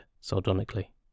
sardonically